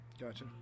Gotcha